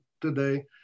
today